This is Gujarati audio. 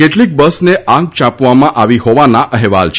કેટલીક બસને આગ યાંપવામાં આવી હોવાના અહેવાલ છે